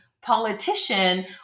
politician